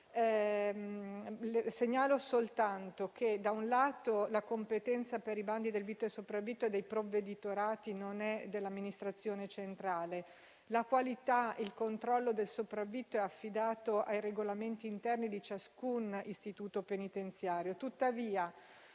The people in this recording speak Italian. Segnalo soltanto che, da un lato, la competenza per i bandi del vitto e sopravvitto è dei provveditorati e non dell'amministrazione centrale; la qualità, il controllo del sopravvitto è affidato ai regolamenti interni di ciascun istituto penitenziario.